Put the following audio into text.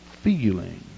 feeling